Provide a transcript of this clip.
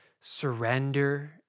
surrender